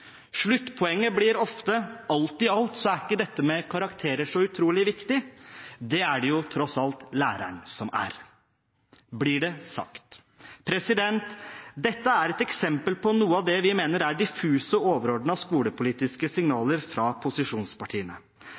Sluttpoenget blir ofte: Alt i alt er ikke dette med karakterer så utrolig viktig, det er det tross alt læreren som er. Dette er et eksempel på noe av det vi mener er diffuse overordnede skolepolitiske signaler fra posisjonspartiene.